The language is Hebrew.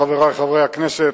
חברי חברי הכנסת,